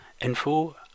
info